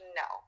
no